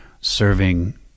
serving